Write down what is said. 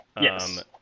Yes